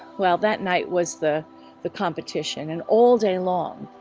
well that night, was the the competition and all day long